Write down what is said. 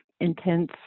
intense